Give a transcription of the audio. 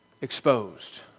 exposed